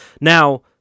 Now